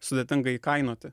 sudėtinga įkainoti